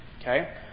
okay